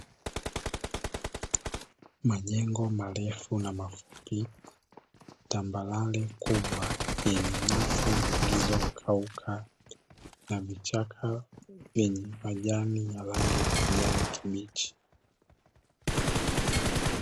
Majengo marefu na mafupi, tambarale kubwa yenye nyasi zilizo kauka na vichaka vyenye majani ya rangi ya kijani kibichi.